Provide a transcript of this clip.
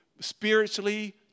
spiritually